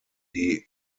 die